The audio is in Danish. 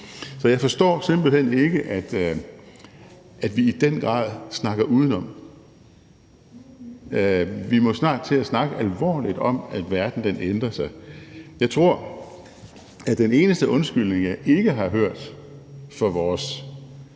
Så jeg forstår simpelt hen ikke, at vi i den grad snakker udenom. Vi må snart til at snakke alvorligt om, at verden ændrer sig. Jeg tror, at den eneste undskyldning, som jeg ikke har hørt for vores